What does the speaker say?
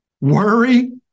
worry